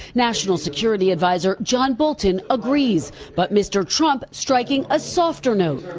national security advisor john bolton agrees but mr. trump striking a softer note.